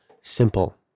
simple